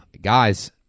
guys